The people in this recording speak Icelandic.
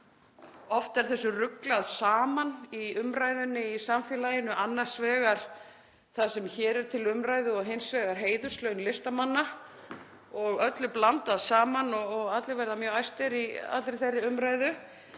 Oft er því ruglað saman í umræðunni í samfélaginu, annars vegar því sem hér er til umræðu og hins vegar heiðurslaunum listamanna. Öllu er blandað saman og allir verða mjög æstir í þeirri umræðu.